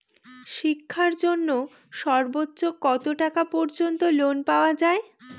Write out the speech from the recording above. শিক্ষার জন্য সর্বোচ্চ কত টাকা পর্যন্ত লোন পাওয়া য়ায়?